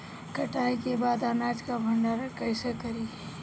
कटाई के बाद अनाज का भंडारण कईसे करीं?